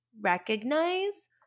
recognize